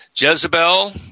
Jezebel